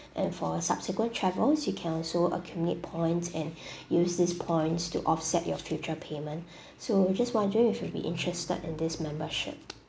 and for subsequent travels you can also accumulate points and use this points to offset your future payment so just wondering if you'd be interested in this membership